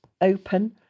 open